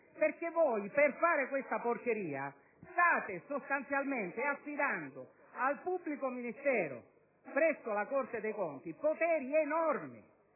Perché voi, per fare questa porcheria, state sostanzialmente affidando al pubblico ministero presso la Corte dei conti poteri enormi.